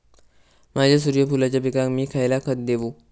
माझ्या सूर्यफुलाच्या पिकाक मी खयला खत देवू?